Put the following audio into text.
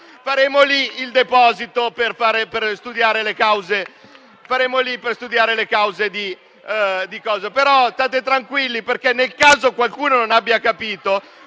Faremo lì il deposito per studiare le cause. State però tranquilli perché, nel caso qualcuno non abbia capito,